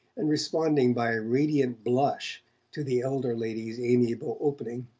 and responding by a radiant blush to the elder lady's amiable opening